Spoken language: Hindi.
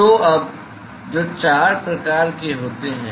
तो अब तो चार प्रकार के होते हैं